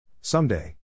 Someday